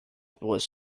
was